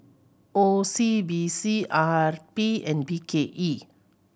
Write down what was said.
O C B C R P and B K E